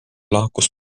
lahkus